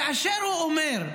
כאשר הוא אומר,